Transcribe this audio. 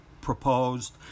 proposed